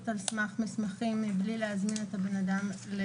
על סמך מסמכים מבלי להזמין את הבן אדם.